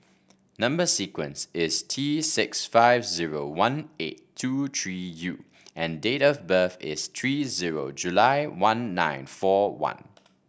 number sequence is T six five zero one eight two three U and date of birth is three zero July one nine four one